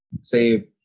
say